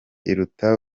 iruta